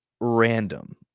random